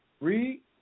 Read